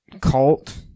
cult